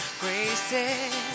graces